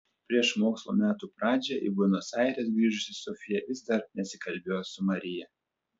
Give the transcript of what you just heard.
prieš mokslo metų pradžią į buenos aires grįžusi sofija vis dar nesikalbėjo su marija